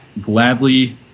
gladly